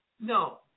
no